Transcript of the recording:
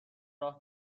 راه